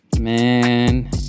Man